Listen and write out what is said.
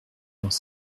dans